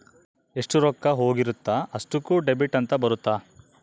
ಎಷ್ಟ ರೊಕ್ಕ ಹೋಗಿರುತ್ತ ಅಷ್ಟೂಕ ಡೆಬಿಟ್ ಅಂತ ಬರುತ್ತ